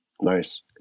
Nice